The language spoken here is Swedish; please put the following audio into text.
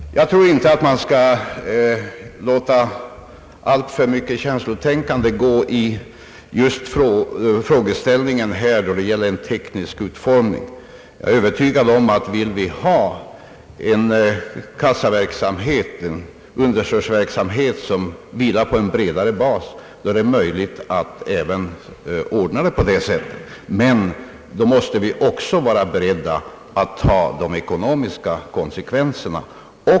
Jag tror inte man bör låta alltför mycket känslotänkande gå i frågeställningen då det gäller en teknisk utformning. Jag är övertygad om att vill vi ha en understödsverksamhet, som vilar på en bredare bas, så är det möjligt att även ordna på det sättet, men då måste vi också vara beredda att ta de ekonomiska konsekvenserna.